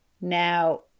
Now